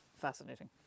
fascinating